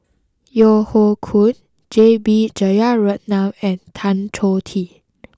Yeo Hoe Koon J B Jeyaretnam and Tan Choh Tee